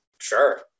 sure